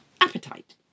appetite